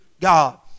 God